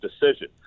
decision